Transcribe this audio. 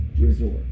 resort